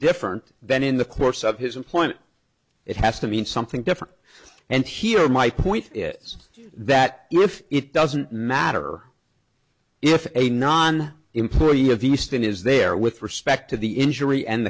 different then in the course of his employment it has to mean something different and here my point is that if it doesn't matter if a non employee of easton is there with respect to the injury and